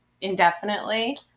indefinitely